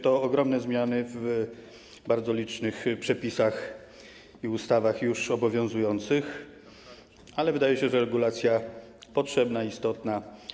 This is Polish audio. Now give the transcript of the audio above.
To ogromne zmiany w bardzo licznych przepisach i ustawach już obowiązujących, ale wydaje się, że to regulacja potrzebna, istotna.